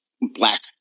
black